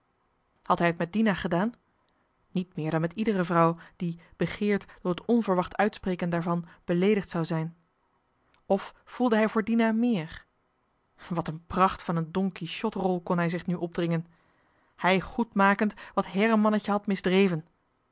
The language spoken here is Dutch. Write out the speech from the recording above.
had hij het met dina gedaan niet meer dan met iedere vrouw die begeerd door het onverwacht uitspreken daarvan beleedigd zou zijn of voelde hij voor dina meer wat een pracht van een don quichotrol kon hij zich nu opdringen hij goedmakend wat herremannetje had misdreven